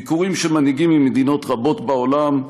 ביקורים של מנהיגים ממדינות רבות בעולם,